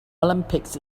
olympics